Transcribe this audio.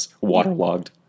waterlogged